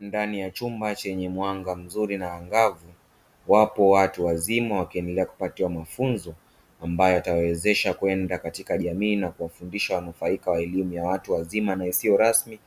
Ndani ya chumba chenye mwanga mzuri na angavu wapo watu wazima wakiendelea kupatiwa mafunzo ambayo watawawezesha kwenda katika jamii na kuwafundisha wanufaika wa elimu ya watu wazima na isiyo rasmi,